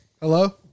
Hello